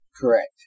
Correct